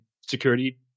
security